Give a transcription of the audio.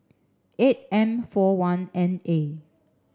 eight M four one N A